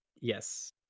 Yes